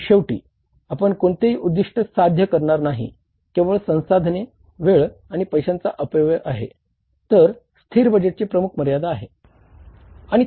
पण शेवटी आपण कोणतेही उद्दिष्ट साध्य करणार नाही केवळ संसाधने वेळ आणि पैशांचा अपव्यय आहे तर स्थिर बजेटची ही प्रमुख मर्यादा आहे